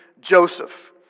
Joseph